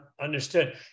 Understood